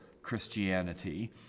christianity